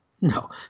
No